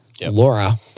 Laura